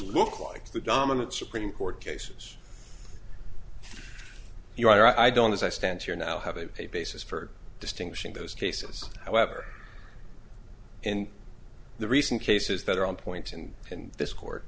look like the dominant supreme court cases you are i don't as i stand here now having a basis for distinguishing those cases however in the recent cases that are on point and in this court